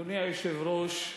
אדוני היושב-ראש,